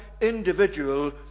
individual